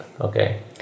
Okay